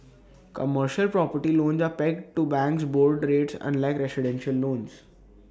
commercial property loans are pegged to banks' board rates unlike residential loans